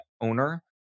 owner